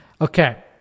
Okay